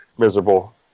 miserable